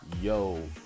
yo